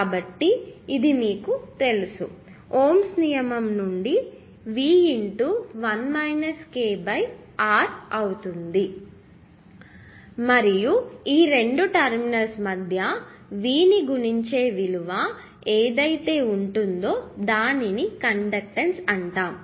కాబట్టి ఇది మీకు తెలుసు ఓమ్స్ నియమము నుండి V R అవుతుంది మరియు ఈ రెండు టెర్మినల్స్ మధ్య V ని గుణించే విలువ ఏదయితే ఉంటుందో దానిని కండక్టన్స్ అంటాము